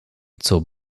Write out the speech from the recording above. zur